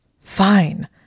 Fine